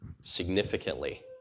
significantly